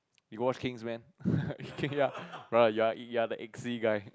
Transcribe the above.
you watch Kingsman ya brother you're you're the Eggsy guy